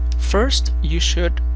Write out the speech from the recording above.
first, you should